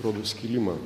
rodo skilimą